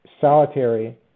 Solitary